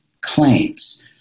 claims